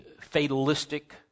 fatalistic